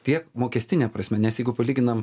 tiek mokestine prasme nes jeigu palyginam